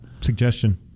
Suggestion